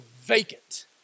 vacant